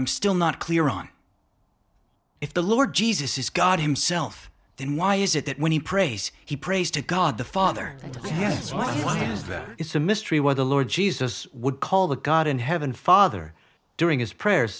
i'm still not clear on if the lord jesus is god himself then why is it that when he prays he prays to god the father yes what is there it's a mystery why the lord jesus would call the god in heaven father during his prayer